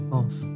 off